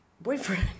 boyfriend